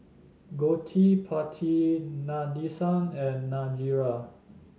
Gottipati Nadesan and Niraj